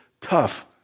tough